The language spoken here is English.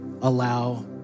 allow